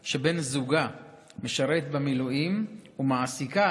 שבן זוגה משרת במילואים ומעסיקה,